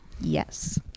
Yes